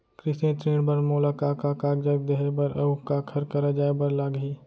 कृषि ऋण बर मोला का का कागजात देहे बर, अऊ काखर करा जाए बर लागही?